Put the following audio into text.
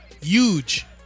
Huge